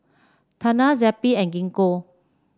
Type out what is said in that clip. Tena Zappy and Gingko